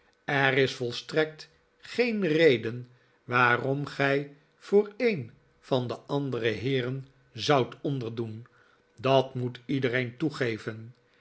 er is volstrekt geen reden waarom gij voor een van de andere heeren zoudt onderdoen dat moet iedereen toegeven